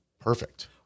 perfect